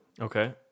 Okay